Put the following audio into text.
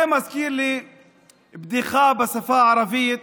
זה מזכיר לי בדיחה בשפה הערבית